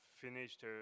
finished